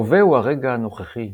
ההווה הוא הרגע הנוכחי,